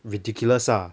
ridiculous lah